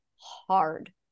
hard